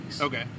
Okay